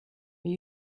are